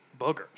boogers